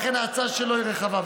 ההצעה שלו היא רחבה.